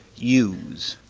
use.